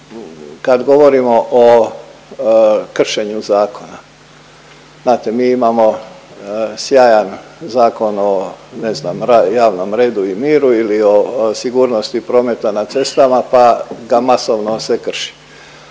kad govorimo o kršenju zakona znate mi imamo sjajan Zakon ne znam o javnom redu i miru ili o sigurnosti prometa na cestama pa ga masovno se krši.